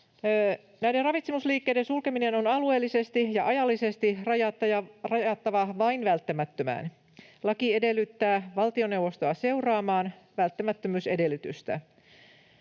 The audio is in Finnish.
Näiden ravitsemusliikkeiden sulkeminen on alueellisesti ja ajallisesti rajattava vain välttämättömään. Laki edellyttää valtioneuvostoa seuraamaan välttämättömyysedellytystä.